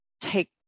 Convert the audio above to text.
take